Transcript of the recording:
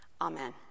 Amen